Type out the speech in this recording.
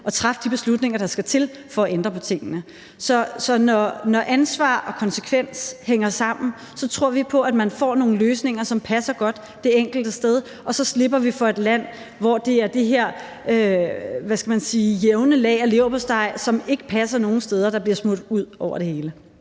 og træffe de beslutninger, der skal til for at ændre på tingene. Så når ansvar og konsekvens hænger sammen, tror vi på, at man får nogle løsninger, som passer godt til det enkelte sted, og så slipper vi for at få et land, hvor det er det her – hvad skal man sige – jævne lag af leverpostej, der ikke passer nogen steder, som bliver smurt ud over det hele.